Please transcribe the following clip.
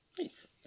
Nice